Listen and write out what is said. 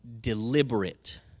deliberate